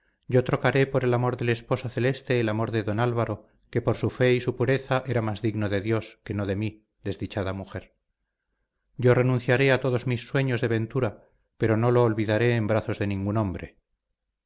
yo trocaré por el amor del esposo celeste el amor de don álvaro que por su fe y su pureza era más digno de dios que no de mí desdichada mujer yo renunciaré a todos mis sueños de ventura pero no lo olvidaré en brazos de ningún hombre